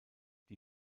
die